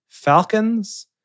Falcons